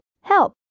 Help